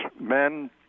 men